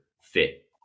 fit